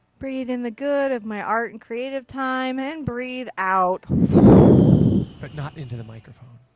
breathe in the good of my art and creative time and breathe out but not into the microphone.